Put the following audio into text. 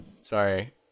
Sorry